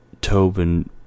Tobin